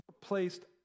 placed